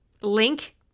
link